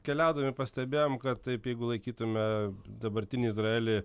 keliaudami pastebėjom kad taip jeigu laikytume dabartinį izraelį